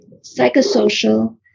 psychosocial